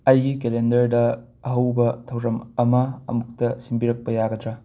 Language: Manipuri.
ꯑꯩꯒꯤ ꯀꯦꯂꯦꯟꯗꯔꯗ ꯑꯍꯧꯕ ꯊꯧꯔꯝ ꯑꯃ ꯑꯃꯨꯛꯇ ꯁꯦꯝꯕꯤꯔꯛꯄ ꯌꯥꯒꯗ꯭ꯔꯥ